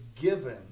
given